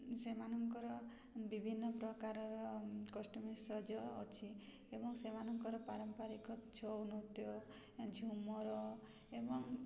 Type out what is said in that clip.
ସେମାନଙ୍କର ବିଭିନ୍ନ ପ୍ରକାରର କସ୍ମେଟିକ୍ ସଜ ଅଛି ଏବଂ ସେମାନଙ୍କର ପାରମ୍ପାରିକ ଛଉ ନୃତ୍ୟ ଝୁମର ଏବଂ